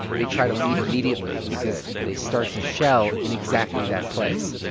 they try to leave immediately because they start to shell in exactly that place.